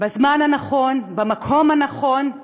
בזמן הנכון, במקום הנכון,